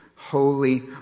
Holy